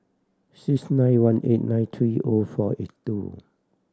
six nine one eight nine three O four eight two